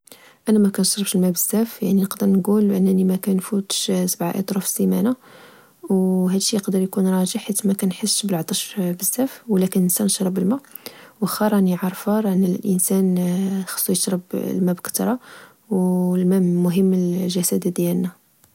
أنا مكنشربش الما بزاف، يعني نقدر نچول أنني مكنفوتش سبعة إترو فالسيمانة.و هذا الشي يقدر يكون راجع حيت مكنحسش بالعطش بزاف، ولا كنسى نشرب لما، وخا راني عارفة أن الإنسان خاصو يشرب لما بكترة، والما مهم للجسد ديالنا